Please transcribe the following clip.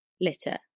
litter